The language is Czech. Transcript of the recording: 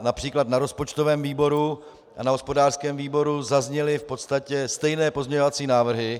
Například na rozpočtovém výboru a na hospodářském výboru zazněly v podstatě stejné pozměňovací návrhy.